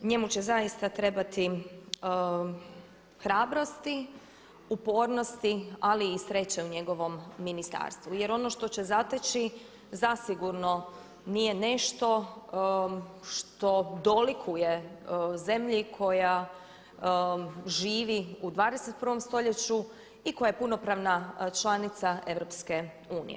Njemu će zaista trebati hrabrosti, upornosti ali i sreće u njegovom ministarstvu jer ono što će zateći zasigurno nije nešto što dolikuje zemlji koja živi u 21. stoljeću i koja je punopravna članica EU.